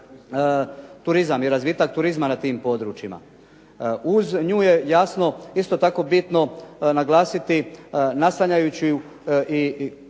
i razvitak turizma na tim područjima. Uz nju je jasno isto tako bitno naglasiti naslanjajući i